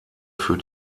für